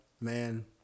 Man